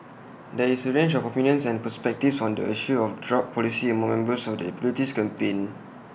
there is A range of opinions and perspectives on the issue of drug policy among members of the abolitionist campaign